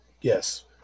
Yes